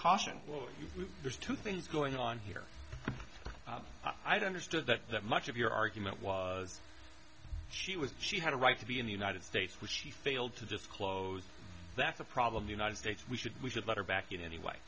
caution well there's two things going on here i don't understand that that much of your argument was she was she had a right to be in the united states which she failed to disclose that's the problem the united states we should we should let her back in anyway